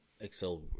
Excel